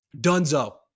Dunzo